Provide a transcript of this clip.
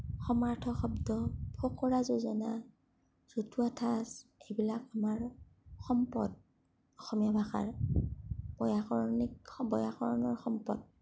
সমাৰ্থক শব্দ ফকৰা যোজনা জতুৱা ঠাঁচ এইবিলাক আমাৰ সম্পদ অসমীয়া ভাষাৰ ব্যাকৰণিক ব্যাকৰণৰ সম্পদ